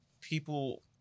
people